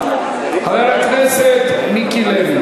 חבר הכנסת מיקי לוי.